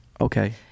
okay